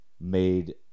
made